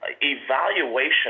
evaluation